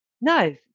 No